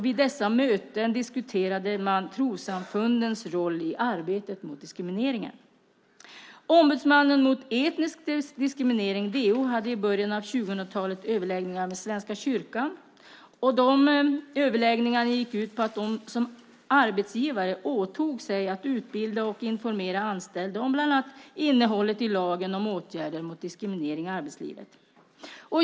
Vid dessa möten diskuterade man trossamfundens roll i arbetet mot diskriminering. Ombudsmannen mot etnisk diskriminering, DO, hade i början av 2000-talet överläggningar med Svenska kyrkan. De överläggningarna gick ut på att kyrkan som arbetsgivare åtog sig att utbilda och informera anställda om bland annat innehållet i lagen om åtgärder mot diskriminering i arbetslivet.